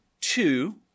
two